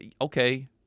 okay